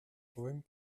problème